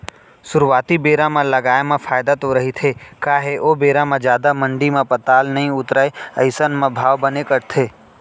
सुरुवाती बेरा म लगाए म फायदा तो रहिथे काहे ओ बेरा म जादा मंडी म पताल नइ उतरय अइसन म भाव बने कटथे